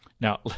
Now